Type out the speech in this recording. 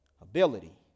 ability